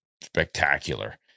spectacular